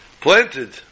planted